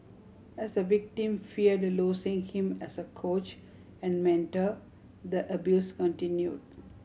as the victim feared losing him as a coach and mentor the abuse continue